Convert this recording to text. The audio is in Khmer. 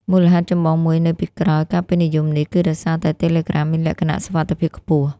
មូលហេតុចម្បងមួយនៅពីក្រោយការពេញនិយមនេះ គឺដោយសារតែ Telegram មានលក្ខណៈ សុវត្ថិភាពខ្ពស់។